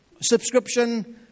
subscription